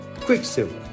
Quicksilver